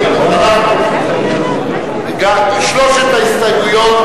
שלוש ההסתייגויות,